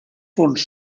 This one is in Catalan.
fons